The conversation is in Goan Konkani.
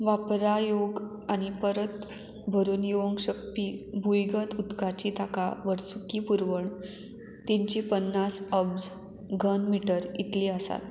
वापरायोग आनी परत भरून येवंक शकपी भुंयगत उदकाची ताका वर्सुकी पुरवण तिनशी पन्नास अब्ज घन मीटर इतली आसात